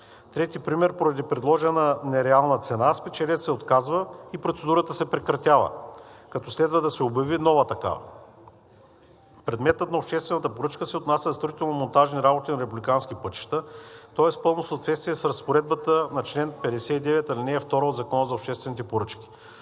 Трети пример – поради предложена нереална цена спечелилият се отказва и процедурата се прекратява, като следва да се обяви нова такава. Предметът на обществената поръчка се отнася за строително-монтажни работи на републикански пътища, тоест в пълно съответствие с разпоредбата на чл. 59, ал. 2 от Закона за обществените поръчки.